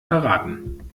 verraten